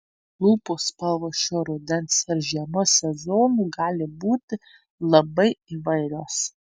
lūpų spalvos šiuo rudens ir žiemos sezonu gali būti labai įvairios